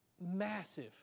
massive